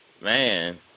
man